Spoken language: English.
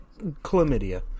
chlamydia